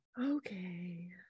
Okay